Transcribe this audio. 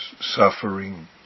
suffering